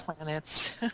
planets